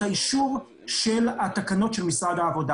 האינסנטיב שכנראה היה חסר עד עכשיו לגמור את הסיפור הזה של הסדרת המקצוע